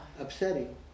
upsetting